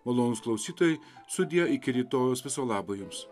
malonūs klausytojai sudie iki rytojaus viso labo jums